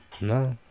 No